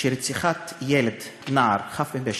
שרציחת ילד, נער, חף מפשע,